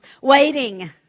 Waiting